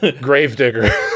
Gravedigger